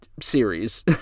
series